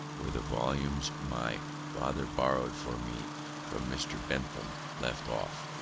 where the volumes my father borrowed for me from mr. bentham left off.